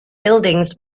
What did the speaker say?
buildings